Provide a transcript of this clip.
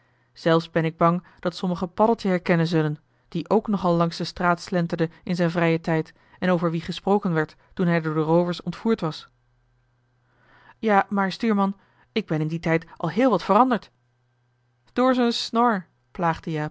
zelfs ben ik bang dat sommigen paddeltje herkennen zullen die ook nog al langs de straat slenterde in zijn vrijen tijd en over wien gesproken werd toen hij door de roovers ontvoerd was ja maar stuurman ik ben in dien tijd al heel wat veranderd door zijn snor